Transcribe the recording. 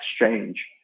exchange